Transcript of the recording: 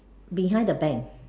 behind the bank